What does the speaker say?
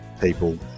people